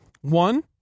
One